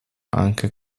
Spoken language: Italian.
anche